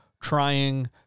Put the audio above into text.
trying